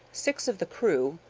six of the crew,